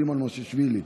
סימון מושיאשוילי,